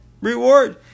reward